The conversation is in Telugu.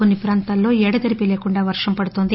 కొన్ని ప్రాంతాల్లో ఎడతెరిపి లేకుండా వర్షం పడుతోంది